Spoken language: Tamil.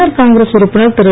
ஆர்காங்கிரஸ் உறுப்பினர் திரு